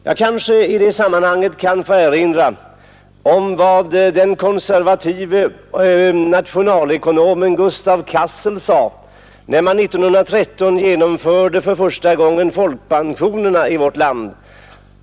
Jag kanske i det sammanhanget kan få erinra om vad den konservative nationalekonomen Gustav Cassel sade, när man 1913 införde folkpensionerna i vårt land.